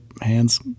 hands